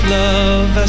love